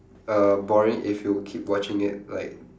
uh boring if you keep watching it like